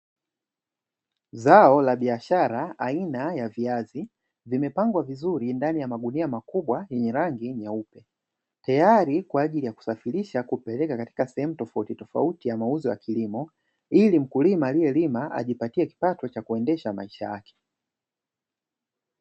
Zao la biashara aina ya viazi vimepangwa vizuri ndani ya magunia makubwa yenye rangi nyeupe, tayari kwaajili ya kusafirisha kupeleka katika sehemu tofauti tofauti ya mauzo ya kilimo ili mkulima aliye lima ajipatie kipato chakuendesha maisha yake.